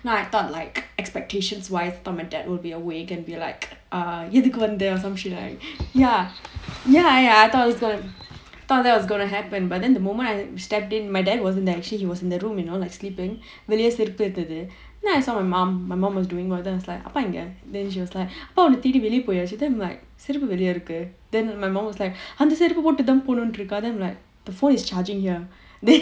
and I thought like expectations wise my dad will be awake and be like err எதுக்கு வந்த: edhuku vantha ya ya ya I I thought that was gonna happen but then the moment I stepped in my dad wasn't there he was in the room you know like sleeping வெளிய செருப்பு இருந்தது:veliya seruppu irunthathu then I saw my mom my mom was doing அப்பா எங்க அப்பா உன்ன தேடி வெளிய போயாச்சு:enga appa unna thedi veliya poyaachu then why செருப்பு வெளிய இருக்கு அந்த செருப்பை போட்டுட்டு தான் வெளிய போணும்ன்னு இருக்கா அதென்ன:serupu veliya irukku antha serupai pottuttu thaan veliya ponumnu irukka adhenna